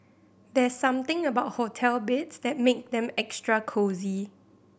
there's something about hotel beds that make them extra cosy